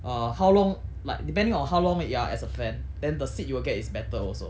err how long like depending on how long you are as a fan than the seat you will get is better also